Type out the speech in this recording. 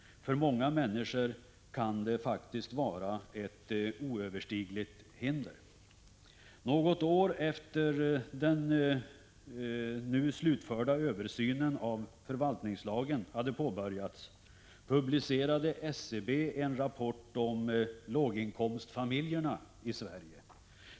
För många människor kan det faktiskt vara ett oöverstigligt hinder. Något år efter det att den nu slutförda översynen av förvaltningslagen hade påbörjats publicerade SCB en rapport om låginkomstfamiljerna i Sverige.